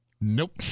Nope